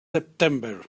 september